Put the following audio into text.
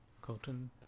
Colton